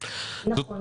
נכון.